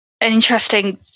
interesting